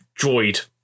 droid